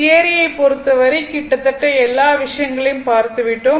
தியரியை பொறுத்தவரை கிட்டத்தட்ட எல்லா விஷயங்களையும் பார்த்து விட்டோம்